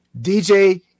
DJ